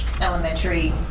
elementary